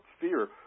fear